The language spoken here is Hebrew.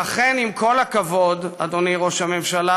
לכן, עם כל הכבוד, אדוני ראש הממשלה,